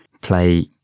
play